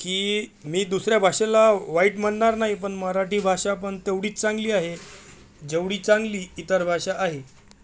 की मी दुसऱ्या भाषेला वाईट म्हणणार नाही पण मराठी भाषा पण तेवढीच चांगली आहे जेवढी चांगली इतर भाषा आहे